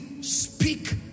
speak